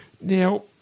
Now